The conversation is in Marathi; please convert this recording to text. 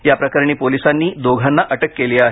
या प्रकरणी पोलिसांनी दोघांना अटक केली आहे